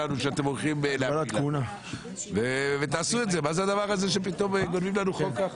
מה זה הדבר הזה שפתאום גונבים לנו חוק?